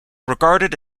regarded